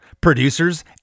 producers